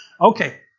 okay